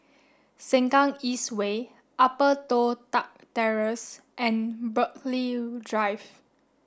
Sengkang East Way Upper Toh Tuck Terrace and Burghley Drive